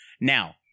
Now